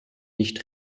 nicht